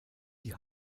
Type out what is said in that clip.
die